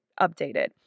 updated